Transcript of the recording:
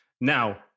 Now